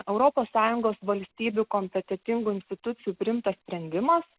europos sąjungos valstybių kompetetingų institucijų priimtas sprendimas